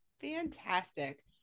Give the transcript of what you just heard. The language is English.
Fantastic